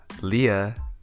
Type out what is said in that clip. Leah